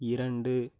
இரண்டு